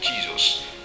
Jesus